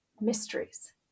Mysteries